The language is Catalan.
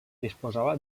disposava